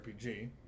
RPG